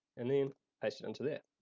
and then paste it into there.